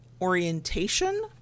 orientation